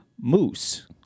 moose